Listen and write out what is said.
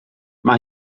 mae